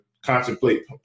contemplate